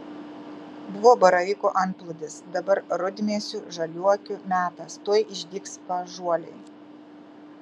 buvo baravykų antplūdis dabar rudmėsių žaliuokių metas tuoj išdygs paąžuoliai